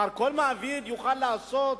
כל מעביד יוכל לעשות